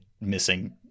missing